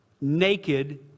naked